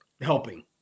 helping